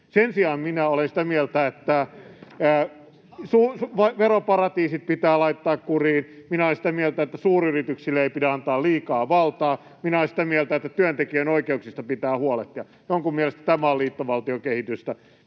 Sen sijaan minä olen sitä mieltä, että veroparatiisit pitää laittaa kuriin. Minä olen sitä mieltä, että suuryrityksille ei pidä antaa liikaa valtaa. Minä olen sitä mieltä, että työntekijän oikeuksista pitää huolehtia. Jonkun mielestä tämä on liittovaltiokehitystä.